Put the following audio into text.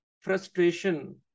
frustration